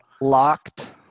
Locked